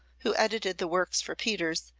who edited the works for peters,